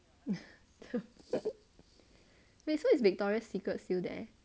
wait so it's victoria secrets still there